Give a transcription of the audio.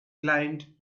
climbed